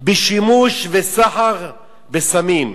בשימוש ובסחר בסמים.